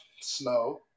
Snow